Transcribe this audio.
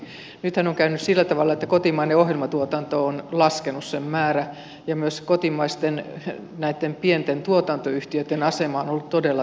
nythän on käynyt sillä tavalla että kotimaisen ohjelmatuotannon määrä on laskenut ja myös kotimaisten pienten tuotantoyhtiöitten asema on ollut todella tukala